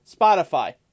Spotify